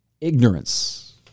Ignorance